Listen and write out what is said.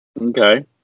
Okay